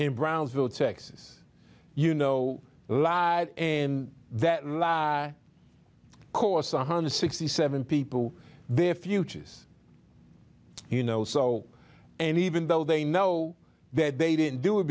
in brownsville texas you know live in that course one hundred and sixty seven people their futures you know so and even though they know that they didn't do it